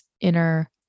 inner